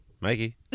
Mikey